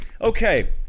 Okay